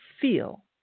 feel